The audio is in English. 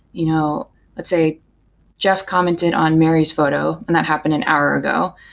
you know let's say jeff commented on mary's photo and that happened an hour ago.